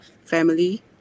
family